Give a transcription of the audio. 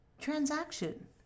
transaction